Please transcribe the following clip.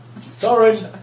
Sorry